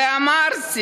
ואמרתי